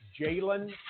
Jalen